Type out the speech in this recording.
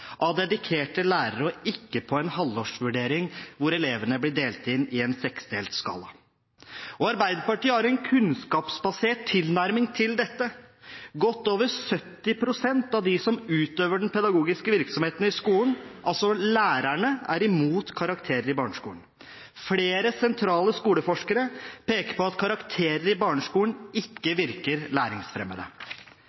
av dedikerte lærere, og ikke ut fra en halvårsvurdering, hvor elevene blir vurdert etter en skala fra 1 til 6. Arbeiderpartiet har en kunnskapsbasert tilnærming til dette. Godt over 70 pst. av de som utøver den pedagogiske virksomheten i skolen – altså lærerne – er imot karakterer i barneskolen. Også flere sentrale skoleforskere peker på at karakterer i barneskolen ikke